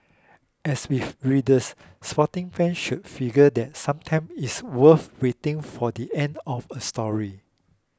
as with readers sporting fans should figure that sometime it's worth waiting for the end of a story